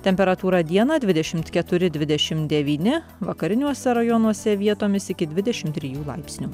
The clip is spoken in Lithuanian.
temperatūra dieną dvidešimt keturi dvidešimt devyni vakariniuose rajonuose vietomis iki dvidešimt trijų laipsnių